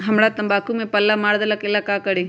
हमरा तंबाकू में पल्ला मार देलक ये ला का करी?